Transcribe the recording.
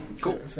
Cool